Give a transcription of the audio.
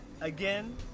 Again